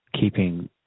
keeping